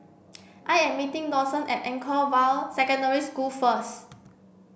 I am meeting Dawson at Anchorvale Secondary School first